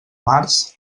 març